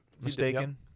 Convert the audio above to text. mistaken